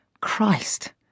Christ